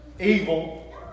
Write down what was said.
evil